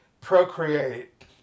procreate